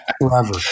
forever